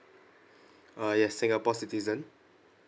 ah yes singapore citizen